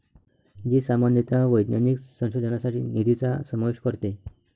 जी सामान्यतः वैज्ञानिक संशोधनासाठी निधीचा समावेश करते